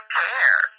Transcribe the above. care